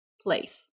place